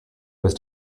was